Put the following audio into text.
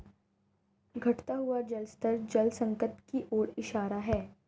घटता हुआ जल स्तर जल संकट की ओर इशारा है